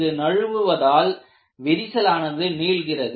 இது நழுவுவதால் விரிசலானது நீள்கிறது